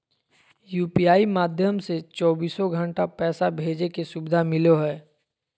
UPI माध्यम से चौबीसो घण्टा पैसा भेजे के सुविधा मिलो हय